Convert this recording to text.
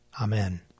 Amen